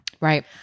Right